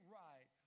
right